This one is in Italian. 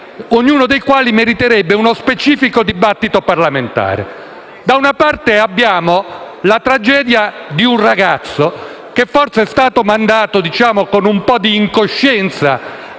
ognuno dei quali meriterebbe uno specifico dibattito parlamentare. Da una parte abbiamo la tragedia di un ragazzo, che forse è stato mandato con un po' di incoscienza